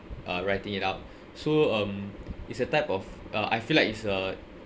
uh writing it out so um it's a type of uh I feel like it's a